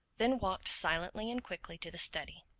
then walked silently and quickly to the study.